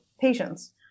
patients